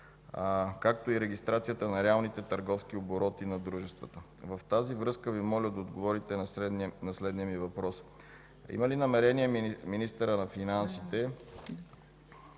както и регистрацията на реалните търговски обороти на дружествата. В тази връзка Ви моля да отговорите на следния въпрос: има ли намерения министърът на финансите